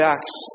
Acts